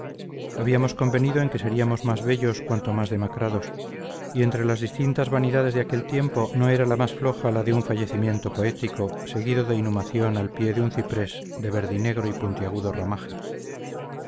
habíamos convenido en que seríamos más bellos cuanto más demacrados y entre las distintas vanidades de aquel tiempo no era la más floja la de un fallecimiento poético seguido de inhumación al pie de un ciprés de verdinegro y puntiagudo ramaje